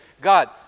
God